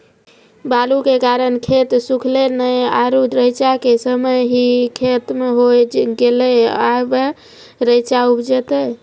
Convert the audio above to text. बालू के कारण खेत सुखले नेय आरु रेचा के समय ही खत्म होय गेलै, अबे रेचा उपजते?